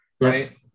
right